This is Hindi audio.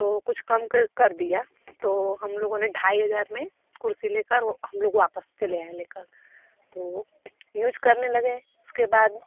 तो कुछ कम कर दिया तो हम लोगों ने ढाई हजार में कुर्सी ले कर वो हम लोग वापस चले आये लेकर तो यूज करने लगे तो उसके बाद